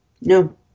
No